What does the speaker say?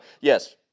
Yes